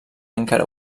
encara